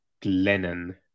Glennon